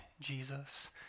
Jesus